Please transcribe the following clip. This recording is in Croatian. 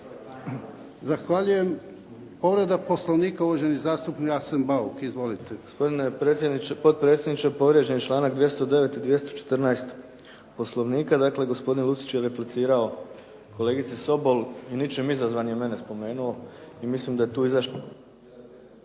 Zahvaljujem. Povreda Poslovnika uvaženi zastupnik Arsen Bauk. Izvolite. **Bauk, Arsen (SDP)** Gospodine potpredsjedniče, povrijeđen je članak 209. i 214. Poslovnika. Dakle, gospodin Lucić je replicirao kolegici Sobol i ničim izazvan je mene spomenuo. I mislim da je tu